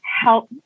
help